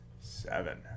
Seven